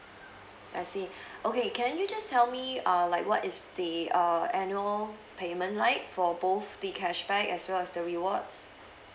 I see okay can you just tell me err like what is the err annual payment like for both the cashback as well as the rewards